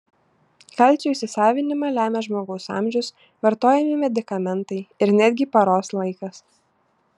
kalcio įsisavinimą lemia žmogaus amžius vartojami medikamentai ir netgi paros laikas